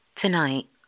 tonight